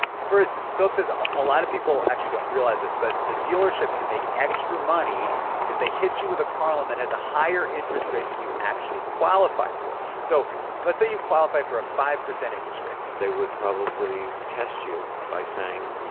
first, philip says a a lot of people actually don't realize this, but the dealership can make extra money if they hit you with a car loan that has a higher interest rate than you actually qualify for. so let's say you qualify for a five percent interest rate they would probably test you by saying,